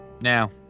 Now